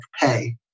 pay